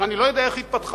שאני לא יודע איך היא התפתחה.